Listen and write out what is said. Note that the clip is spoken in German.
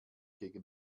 gegen